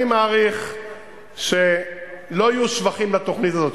אני מעריך שלא יהיו שבחים לתוכנית הזאת.